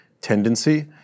tendency